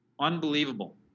Unbelievable